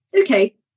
okay